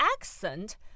accent